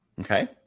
Okay